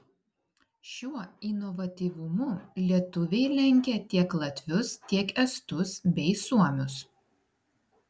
šiuo inovatyvumu lietuviai lenkia tiek latvius tiek estus bei suomius